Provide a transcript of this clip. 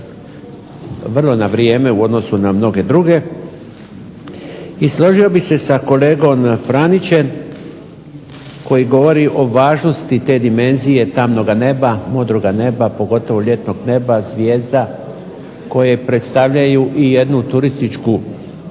na vrijeme u odnosu na mnoge druge. I složio bih se sa kolegom Franićem koji govori o važnosti te dimenzije tamnoga nema, modroga neba, pogotovo ljetnog neba, zvijezda koji predstavljaju jednu turističku